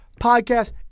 podcast